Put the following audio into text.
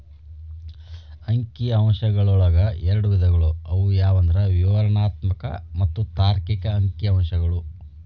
ಅಂಕಿ ಅಂಶಗಳೊಳಗ ಎರಡ್ ವಿಧಗಳು ಅವು ಯಾವಂದ್ರ ವಿವರಣಾತ್ಮಕ ಮತ್ತ ತಾರ್ಕಿಕ ಅಂಕಿಅಂಶಗಳು